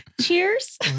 Cheers